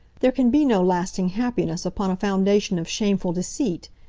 there can be no lasting happiness upon a foundation of shameful deceit.